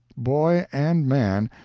boy and man,